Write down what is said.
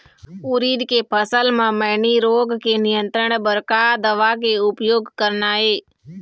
उरीद के फसल म मैनी रोग के नियंत्रण बर का दवा के उपयोग करना ये?